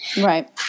Right